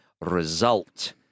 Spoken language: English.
result